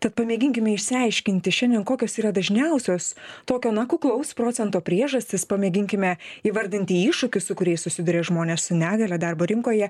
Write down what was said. tad pamėginkime išsiaiškinti šiandien kokios yra dažniausios tokio na kuklaus procento priežastys pamėginkime įvardinti iššūkius su kuriais susiduria žmonės su negalia darbo rinkoje